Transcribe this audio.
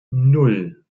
nan